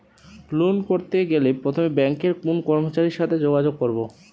Loan করতে গেলে প্রথমে ব্যাঙ্কের কোন কর্মচারীর সাথে যোগাযোগ করব?